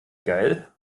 geil